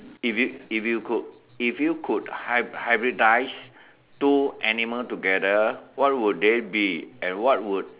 if you if you could if you could hybrid hybridise two animal together what would they be and what would